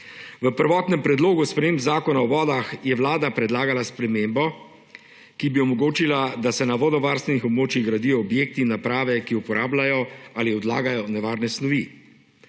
V prvotnem predlogu sprememb Zakona o vodah je Vlada predlagala spremembo, ki bi omogočila, da se na vodovarstvenih območjih gradijo objekti in naprave, ki uporabljajo ali odlagajo nevarne snovi.